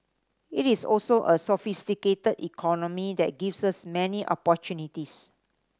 it is also a sophisticated economy that gives us many opportunities